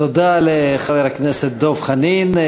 תודה לחבר הכנסת דב חנין.